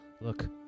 look